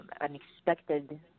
unexpected